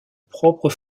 propre